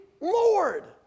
Lord